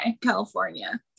California